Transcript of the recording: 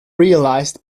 realized